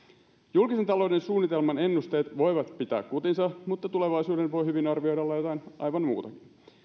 julkisen talouden suunnitelman ennusteet voivat pitää kutinsa mutta tulevaisuuden voi hyvin arvioida olla jotain aivan muuta